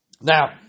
Now